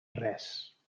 res